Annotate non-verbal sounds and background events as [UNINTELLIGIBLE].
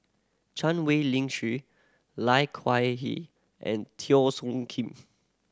Chan Wei Ling [UNINTELLIGIBLE] Lai Kew Hee and Teo Soon Kim